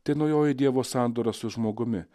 tai naujoji dievo sandora su žmogumi